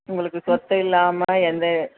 உங்களுக்கு சொத்தை இல்லாமல் எந்த